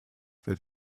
that